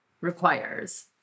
requires